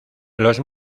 los